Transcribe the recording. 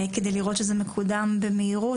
כדי לראות שזה מקודם במהירות.